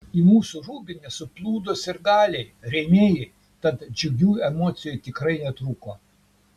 į mūsų rūbinę suplūdo sirgaliai rėmėjai tad džiugių emocijų tikrai netrūko